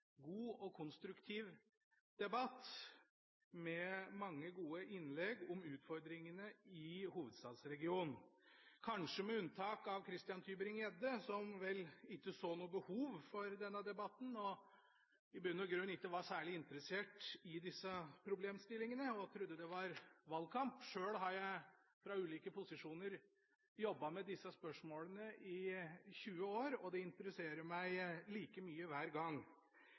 god og konstruktiv debatt med mange gode innlegg om utfordringene i hovedstadsregionen, kanskje med unntak av Christian Tybring-Gjedde, som vel ikke så noe behov for denne debatten og i bunn og grunn ikke var særlig interessert i disse problemstillingene, og han trudde at det var valgkamp. Sjøl har jeg fra ulike posisjoner jobbet med disse spørsmålene i 20 år, og det interesserer meg like mye